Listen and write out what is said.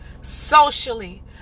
socially